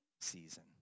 season